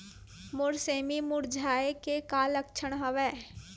मोर सेमी मुरझाये के का लक्षण हवय?